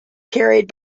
carried